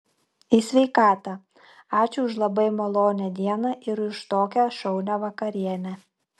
į sveikatą ačiū už labai malonią dieną ir už tokią šaunią vakarienę